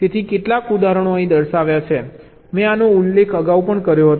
તેથી કેટલાક ઉદાહરણો અહીં દર્શાવ્યા છે મેં આનો ઉલ્લેખ અગાઉ પણ કર્યો હતો